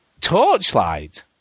Torchlight